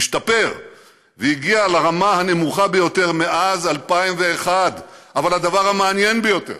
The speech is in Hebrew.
השתפר והגיע לרמה הנמוכה ביותר מאז 2001. אבל הדבר המעניין ביותר,